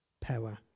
power